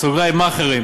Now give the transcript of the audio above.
בסוגריים: מאכערים